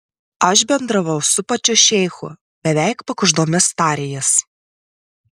aš bendravau su pačiu šeichu beveik pakuždomis tarė jis